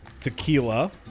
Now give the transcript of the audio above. Tequila